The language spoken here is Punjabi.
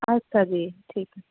ਅੱਛਾ ਜੀ ਠੀਕ ਹੈ